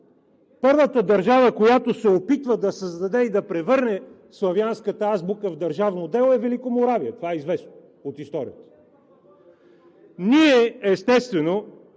Първата държава, която се опитва да създаде и да превърне славянската азбука в държавно дело, е Великоморавия – това е известно от историята. Ние, естествено,